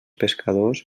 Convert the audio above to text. pescadors